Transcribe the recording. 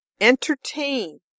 entertain